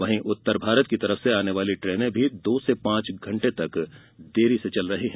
वहीं उत्तरभारत की ओर से आने वाली ट्रेने दो से पांच घंटे देरी से चल रही है